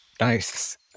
Nice